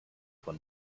von